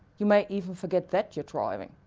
you may even forget that you're driving.